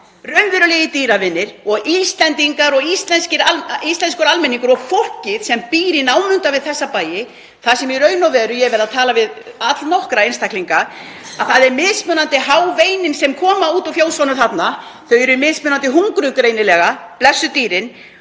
raunverulegir dýravinir og Íslendingar og íslenskur almenningur og fólkið sem býr í námunda við þessa bæi, þar sem í raun og veru — ég hef verið að tala við allnokkra einstaklinga — eru mismunandi há veinin sem koma út úr fjósinu þarna? Þau eru mismunandi hungruð greinilega, blessuð dýrin.